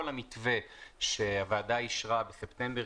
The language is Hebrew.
כל המתווה שהוועדה אישרה בספטמבר,